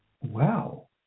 wow